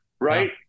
right